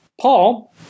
Paul